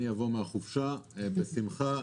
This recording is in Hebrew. אני אבוא מהחופשה בשמחה.